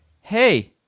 hey